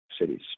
cities